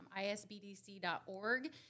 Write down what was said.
isbdc.org